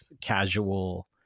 casual